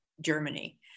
Germany